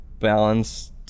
Balanced